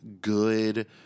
good